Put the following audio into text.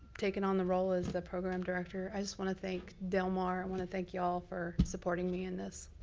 taking on the role as the program director. i just want to thank del mar. i want to thank y'all for supporting me in this.